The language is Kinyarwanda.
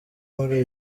muri